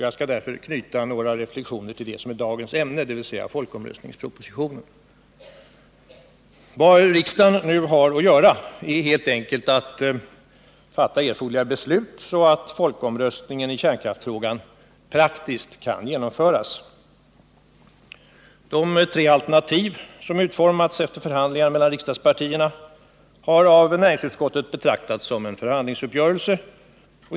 Jag skall därför göra några reflexioner i anslutning till dagens ämne, dvs. folkomröstningspropositionen. Vad riksdagen nu har att göra är helt enkelt att fatta erforderliga beslut, så att folkomröstningen i kärnkraftsfrågan praktiskt kan genomföras. De tre alternativ som utformats efter förhandlingar mellan riksdagspartierna har av näringsutskottet betraktats som en förhandlingsuppgörelse.